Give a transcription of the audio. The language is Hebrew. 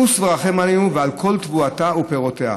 חוס ורחם עלינו ועל כל תבואתה ופירותיה,